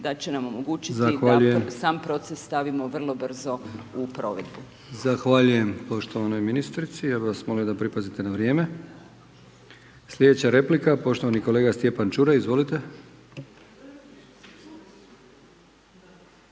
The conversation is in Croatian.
da će nam omogućiti da sam proces stavimo vrlo brzo u provedbu. **Brkić, Milijan (HDZ)** Zahvaljujem poštovanoj ministrici. Ja bih vas molio da pripazite na vrijeme. Sljedeća replika poštovani kolega Stjepan Čuraj. Izvolite.